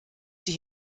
sie